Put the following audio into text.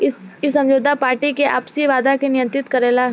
इ समझौता पार्टी के आपसी वादा के नियंत्रित करेला